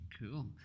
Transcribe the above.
Cool